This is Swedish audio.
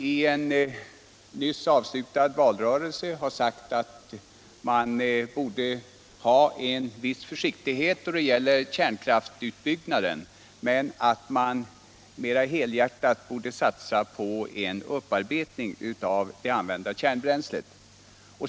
I en nyss avslutad valrörelse sade han, att man borde iaktta en viss försiktighet med kärnkraftsutbyggnaden, men att man mera helhjärtat borde satsa på en = Nr 107 upparbetning av det använda kärnbränslet.